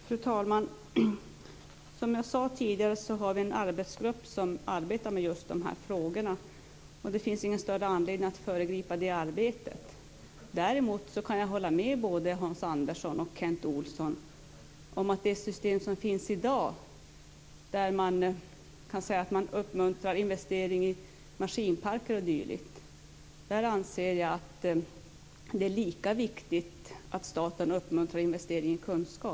Fru talman! Som jag sade tidigare har vi en arbetsgrupp som arbetar med just dessa frågor, och det finns inte någon större anledning att föregripa det arbetet. Det system som finns i dag innebär att man uppmuntrar investeringar i maskinparker o.d. Men jag anser att det är lika viktigt att staten uppmuntrar investeringar i kunskap.